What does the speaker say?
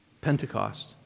Pentecost